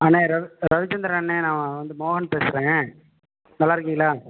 அண்ணா ர ரவிச்சந்திரன் அண்ணா நான் வந்து மோகன் பேசுகிறேன் நல்லாயிருக்கீங்களா